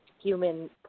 human